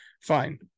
Fine